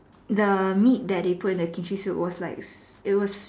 the meat that they put in the Kimchi soup was like it was